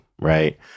right